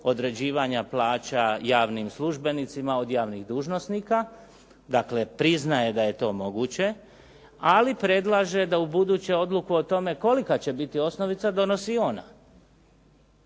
određivanja plaća javnim službenicima od javnih dužnosnika, dakle priznaje da je to moguće, ali predlaže da ubuduće odluku o tome kolika će biti osnovica donosi ona.